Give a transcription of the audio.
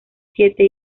siete